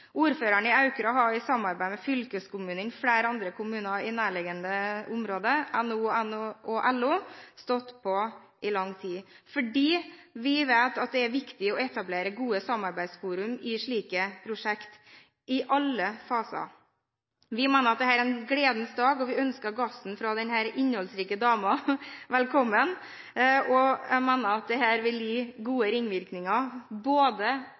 Ordføreren i Aukra har i samarbeid med fylkeskommunen, flere andre kommuner i nærliggende områder, NHO og LO stått på i lang tid, fordi vi vet at det er viktig å etablere gode samarbeidsforum i alle faser i slike prosjekt. Vi mener at dette er en gledens dag, og vi ønsker gassen fra denne innholdsrike dama velkommen. Jeg mener at dette vil gi